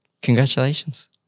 Congratulations